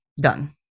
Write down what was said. done